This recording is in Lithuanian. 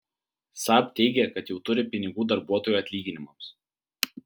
saab teigia kad jau turi pinigų darbuotojų atlyginimams